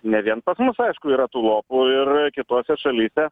ne vien pas mus aišku yra tų lopų ir kitose šalyse